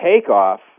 takeoff